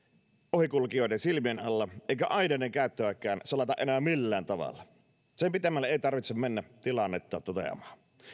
ohikulkijoiden silmien alla eikä aineiden käyttöäkään salata enää millään tavalla sen pitemmälle ei tarvitse mennä tilannetta toteamaan